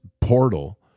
portal